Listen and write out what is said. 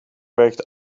werkt